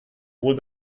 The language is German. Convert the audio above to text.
wohl